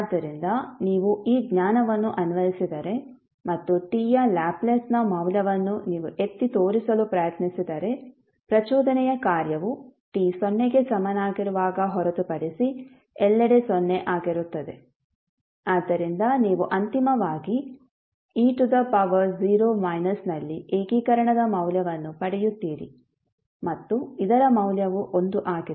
ಆದ್ದರಿಂದ ನೀವು ಈ ಜ್ಞಾನವನ್ನು ಅನ್ವಯಿಸಿದರೆ ಮತ್ತು t ಯ ಲ್ಯಾಪ್ಲೇಸ್ನ ಮೌಲ್ಯವನ್ನು ನೀವು ಎತ್ತಿ ತೋರಿಸಲು ಪ್ರಯತ್ನಿಸಿದರೆ ಪ್ರಚೋದನೆಯ ಕಾರ್ಯವು t ಸೊನ್ನೆಗೆ ಸಮನಾಗಿರುವಾಗ ಹೊರತುಪಡಿಸಿ ಎಲ್ಲೆಡೆ ಸೊನ್ನೆ ಆಗಿರುತ್ತದೆ ಆದ್ದರಿಂದ ನೀವು ಅಂತಿಮವಾಗಿ e to the power 0 minus ನಲ್ಲಿ ಏಕೀಕರಣದ ಮೌಲ್ಯವನ್ನು ಪಡೆಯುತ್ತೀರಿ ಮತ್ತು ಇದರ ಮೌಲ್ಯವು 1 ಆಗಿದೆ